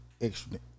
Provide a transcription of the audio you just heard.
extra